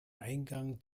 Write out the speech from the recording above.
eingang